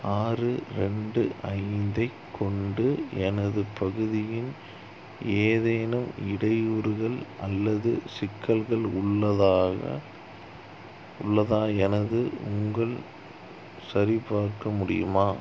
ஆறு ரெண்டு ஐந்தைக் கொண்டு எனது பகுதியின் ஏதேனும் இடையூறுகள் அல்லது சிக்கல்கள் உள்ளதாக உள்ளதா என உங்கள் சரிப்பார்க்க முடியுமா